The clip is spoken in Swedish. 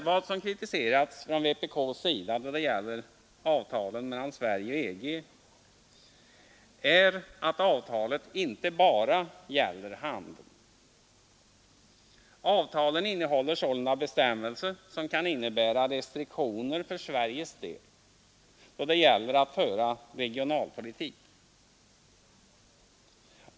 Vad som kritiserats från vpk:s sida då det gäller avtalen mellan Sverige och EG är att avtalen inte bara gäller handel. Avtalen innehåller sålunda bestämmelser som kan innebära restriktioner för Sveriges del då det gäller att föra regionalpolitik.